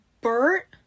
Bert